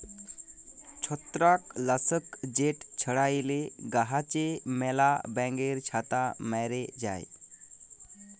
ছত্রাক লাসক যেট ছড়াইলে গাহাচে ম্যালা ব্যাঙের ছাতা ম্যরে যায়